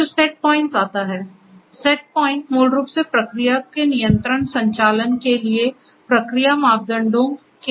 फिर set points आता है सेट पॉइंट मूल रूप से प्रक्रिया के नियंत्रित संचालन के लिए प्रक्रिया मापदंडों के मानक मूल्य हैं